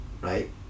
right